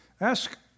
Ask